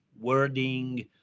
wording